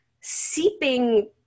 seeping